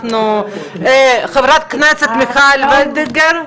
חברת הכנסת מיכל וולדיגר,